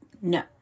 No